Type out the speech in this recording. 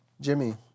Jimmy